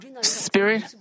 spirit